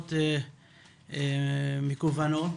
עבירות מקוונות.